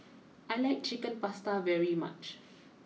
I like Chicken Pasta very much